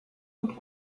und